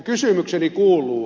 kysymykseni kuuluu